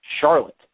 Charlotte